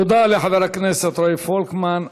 תודה לחבר הכנסת רועי פולקמן.